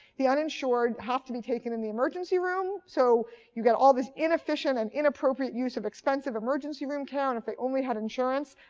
the uninsured have to be taken in the emergency room, so you get all this inefficient and inappropriate use of expensive emergency-room care. and if they only had insurance,